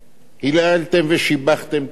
היללתם ושיבחתם את המשטרה.